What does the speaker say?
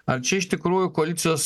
ar čia iš tikrųjų koalicijos